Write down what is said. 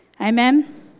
Amen